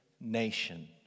nation